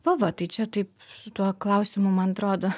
va va tai čia taip su tuo klausimu man atrodo